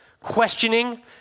questioning